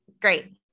great